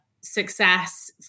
success